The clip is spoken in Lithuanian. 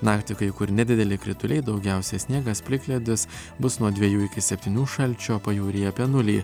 naktį kai kur nedideli krituliai daugiausia sniegas plikledis bus nuo dvejų iki septynių šalčio pajūryje apie nulį